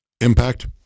impact